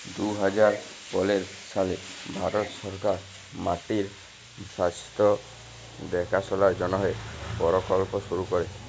দু হাজার পলের সালে ভারত সরকার মাটির স্বাস্থ্য দ্যাখাশলার জ্যনহে পরকল্প শুরু ক্যরে